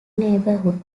neighborhood